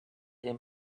him